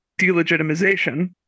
delegitimization